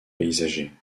paysager